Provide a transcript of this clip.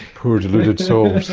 poor deluded souls.